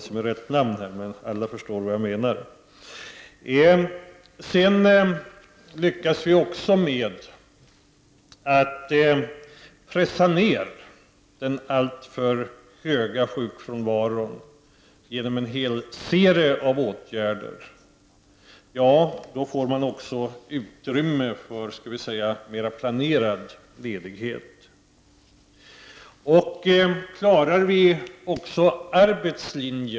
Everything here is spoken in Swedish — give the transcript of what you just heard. Om den alltför höga sjukfrånvaron kan pressas ner genom en hel serie åtgärder, skapas det också utrymme för mera planerad ledighet.